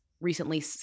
recently